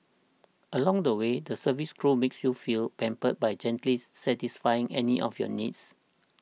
along the way the service crew makes you feel pampered by gently satisfying any of your needs